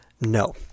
No